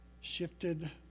shifted